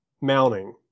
mounting